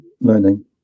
learning